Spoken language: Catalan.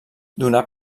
donà